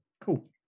Cool